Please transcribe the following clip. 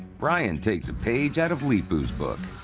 brian takes a page out of leepu's book.